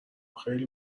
خیلی